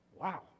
Wow